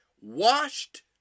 washed